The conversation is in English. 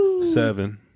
seven